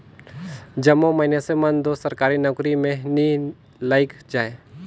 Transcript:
जम्मो मइनसे मन दो सरकारी नउकरी में नी लइग जाएं